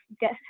get